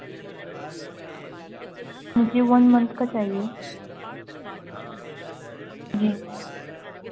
مجھے one month کا چاہیے جی